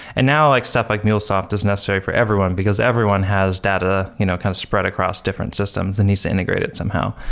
and now, like stuff like mulesoft, is necessary for everyone, because everyone has data you know kind of spread across different systems that and needs to integrate it somehow.